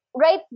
right